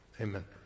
Amen